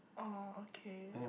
orh okay